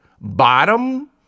Bottom